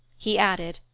he added,